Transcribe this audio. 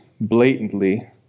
blatantly